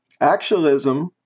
actualism